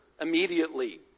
immediately